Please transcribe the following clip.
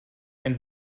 ein